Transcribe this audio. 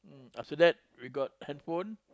after that we got handphone